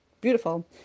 beautiful